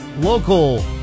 local